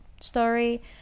story